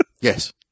Yes